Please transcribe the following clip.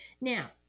Now